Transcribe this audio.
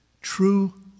true